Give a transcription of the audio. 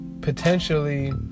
Potentially